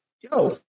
yo